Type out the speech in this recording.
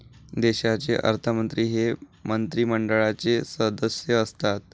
देशाचे अर्थमंत्री हे मंत्रिमंडळाचे सदस्य असतात